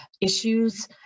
issues